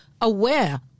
aware